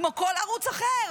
כמו כל ערוץ אחר.